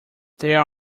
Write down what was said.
there